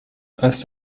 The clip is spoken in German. als